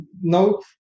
no